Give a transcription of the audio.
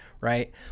Right